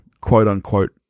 quote-unquote